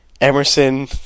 Emerson